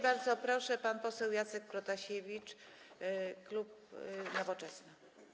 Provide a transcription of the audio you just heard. Bardzo proszę, pan poseł Jacek Protasiewicz, klub Nowoczesna.